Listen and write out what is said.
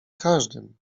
każdym